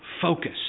focus